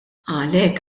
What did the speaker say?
għalhekk